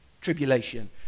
tribulation